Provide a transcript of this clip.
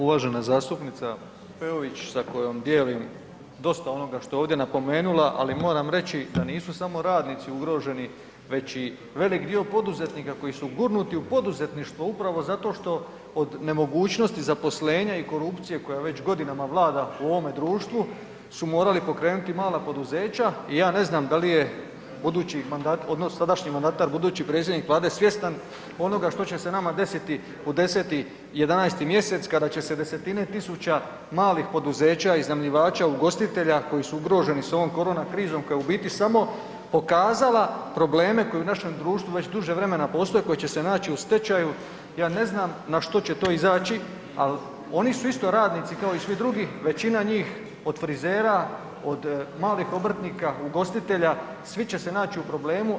Uvažana zastupnica Peović sa kojom dijelim dosta onoga što je ovdje napomenula, ali moram reći da nisu samo radnici ugroženi već i velik dio poduzetnika koji su gurnuti u poduzetništvo upravo zato što od nemogućnosti zaposlenja i korupcije koja već godinama vlada u ovome društvu su morali pokrenuti mala poduzeća i ja ne znam da je budući odnosno sadašnji mandatar budući predsjednik Vlade svjestan ono što će se nama desiti u 10. i 11. mjesec kada će se 10-tine tisuća malih poduzeća, iznajmljivača, ugostitelja koji su ugroženi sa ovom korona krizom koja je u biti samo pokazala probleme koji u našem društvu već duže vremena postoje, koji će se naći u stečaju, ja ne znam na što će to izaći, al oni su isto radnici kao i svi drugi, većina njih od frizera, od malih obrtnika, ugostitelja svi će se naći u problemu.